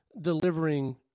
delivering